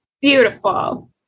beautiful